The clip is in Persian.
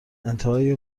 انتهای